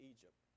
Egypt